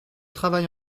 travail